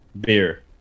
beer